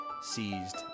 seized